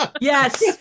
Yes